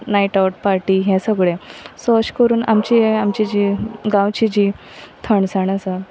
night out party हे सगळे so अशें करून आमची आमची जी गांवची जी थंडसाण आसा